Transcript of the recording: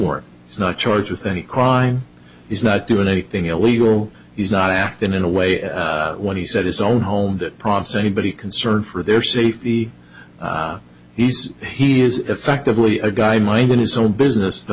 it's not charged with any crime he's not doing anything illegal he's not acting in a way when he said his own home that prompts anybody concerned for their safety he says he is effectively a guy minding his own business the